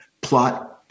plot